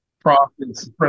profits